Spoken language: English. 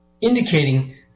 indicating